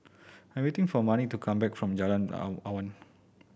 I'm waiting for Mannie to come back from Jalan Awan